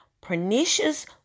pernicious